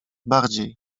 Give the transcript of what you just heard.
bardziej